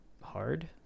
hard